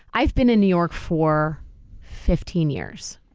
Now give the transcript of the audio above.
i've been in new york for fifteen years.